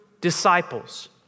disciples